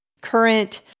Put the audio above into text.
current